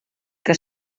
que